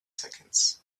seconds